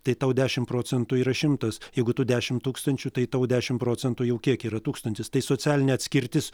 tai tau dešimt procentų yra šimtas jeigu tu dešimt tūkstančių tai tau dešimt procentų jau kiek yra tūkstantis tai socialinė atskirtis